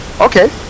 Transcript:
Okay